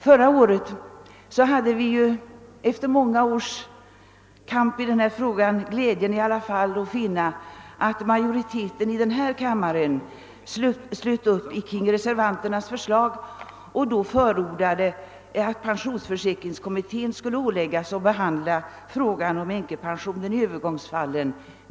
Förra året hade vi i alla fall efter många års kamp i denna fråga glädjen att finna att majoriteten i denna kammare slöt upp bakom reservanternas förslag och förordade att pensionsförsäkringskommittén skulle åläggas att med förtur behandla frågan om änkepensionen i övergångsfallen.